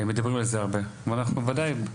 מדברים על זה הרבה, ואנחנו בוודאי נעשה.